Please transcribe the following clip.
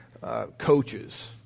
Coaches